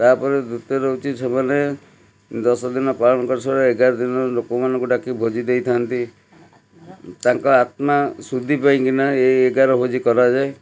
ତା'ପରେ ଦ୍ୱିତୀୟରେ ହେଉଛି ସେମାନେ ଦଶ ଦିନ ପାଳନ ଏଗାର ଦିନରେ ଲୋକମାନଙ୍କୁ ଡାକି ଭୋଜି ଦେଇଥାଆନ୍ତି ତାଙ୍କ ଆତ୍ମା ସୁଧି ପାଇଁକିନା ଏଇ ଏଗାର ଭୋଜି କରାଯାଏ